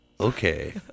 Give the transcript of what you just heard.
Okay